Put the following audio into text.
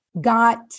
got